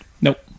Nope